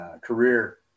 career